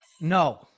No